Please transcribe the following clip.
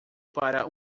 para